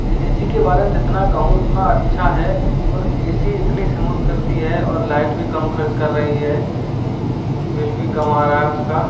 ऐ C के बारे में जितना कहूँ उतना अच्छा है और ऐ सी इतनी इस्मूथ चलती है और लाइट भी कम खर्च कर रही है बिल भी कम आ रहा है उसका